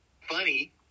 funny